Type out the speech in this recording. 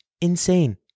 insane